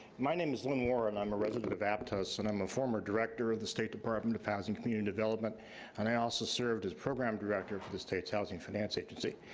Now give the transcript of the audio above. my name is lou mora and i'm a resident of aptos and i'm a former director of the state department of housing community development and i also served as a program director for the state's housing finance agency.